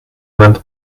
lend